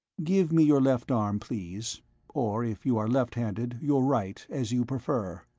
give me your left arm, please or, if you are left-handed, your right. as you prefer.